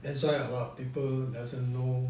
that's why a lot of people doesn't know